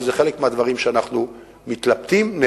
וזה חלק מהדברים שאנחנו מתלבטים בהם,